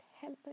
help